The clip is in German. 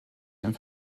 dem